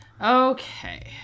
Okay